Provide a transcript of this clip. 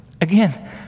Again